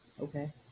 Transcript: okay